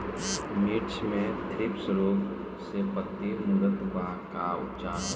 मिर्च मे थ्रिप्स रोग से पत्ती मूरत बा का उपचार होला?